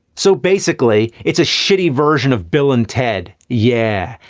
so basically, it's a shitty version of bill and ted, yeah,